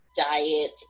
diet